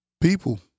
people